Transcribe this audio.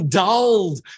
dulled